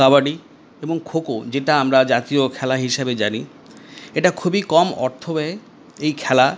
কাবাডি এবং খো খো যেটা আমরা জাতীয় খেলা হিসেবে জানি এটা খুবই কম অর্থব্যয়ে এই খেলা